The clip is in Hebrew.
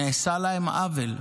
נעשה להם עוול.